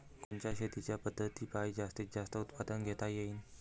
कोनच्या शेतीच्या पद्धतीपायी जास्तीत जास्त उत्पादन घेता येईल?